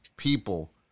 People